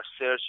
search